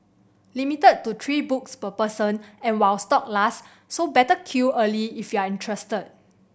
limited to three books per person and while stock last so better queue early if you're interested